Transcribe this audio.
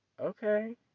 Okay